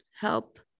help